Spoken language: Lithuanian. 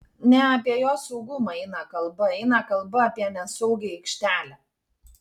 ne apie jos saugumą eina kalba eina kalba apie nesaugią aikštelę